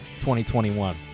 2021